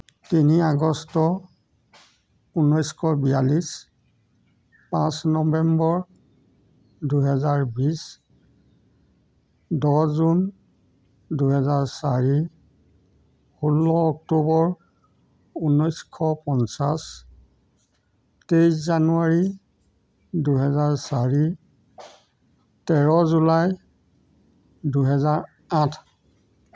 তিনি আগষ্ট ঊনৈছশ বিয়াল্লিছ পাঁচ নৱেম্বৰ দুহেজাৰ বিছ দহ জুন দুহেজাৰ চাৰি ষোল্ল অক্টোবৰ ঊনৈছশ পঞ্চাছ তেইছ জানুৱাৰী দুহেজাৰ চাৰি তেৰ জুলাই দুহেজাৰ আঠ